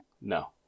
No